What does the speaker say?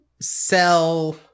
sell